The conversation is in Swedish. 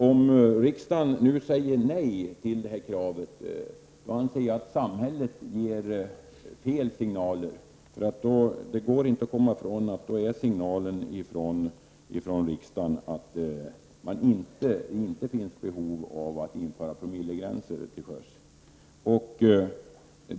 Om riksdagen nu säger nej till kravet på promillegränser, anser jag att samhället ger fel signaler. Det går inte att komma ifrån att signalen från riksdagen blir att det inte finns behov av att införa promillegränser till sjöss.